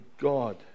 God